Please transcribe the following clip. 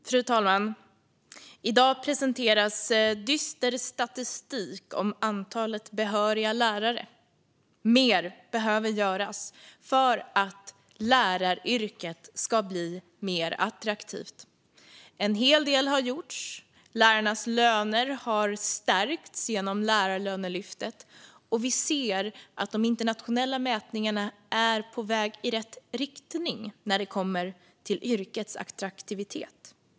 Fru talman! I dag presenterades dyster statistik om antalet behöriga lärare. Mer behöver göras för att läraryrket ska bli mer attraktivt. En hel del har gjorts. Lärarnas löner har stärkts genom Lärarlönelyftet, och vi ser att de internationella mätningarna är på väg i rätt riktning när det kommer till yrkets attraktivitet.